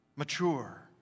mature